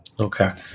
Okay